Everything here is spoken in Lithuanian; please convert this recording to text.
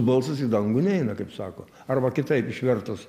balsas į dangų neina kaip sako arba kitaip išvertus